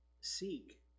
seek